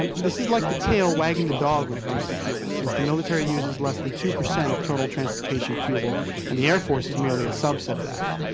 um this is like the tale wagging the dog when it comes to fuel since the military uses less than two percent of transportation fuel and the air force is merely a subset of that.